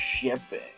shipping